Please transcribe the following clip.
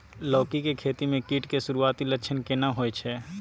लौकी के खेती मे कीट के सुरूआती लक्षण केना होय छै?